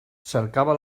cercava